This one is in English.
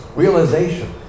realization